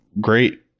great